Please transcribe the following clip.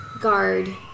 Guard